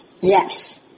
Yes